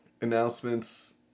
announcements